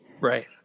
Right